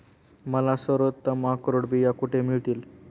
मला सर्वोत्तम अक्रोड बिया कुठे मिळतील